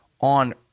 on